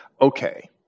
Okay